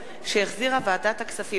שהחזירה ועדת הכספים.